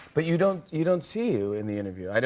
but you don't you don't see you in the interview.